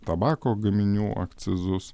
tabako gaminių akcizus